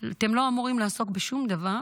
אתם לא אמורים לעסוק בשום דבר,